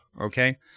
okay